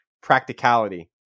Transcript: practicality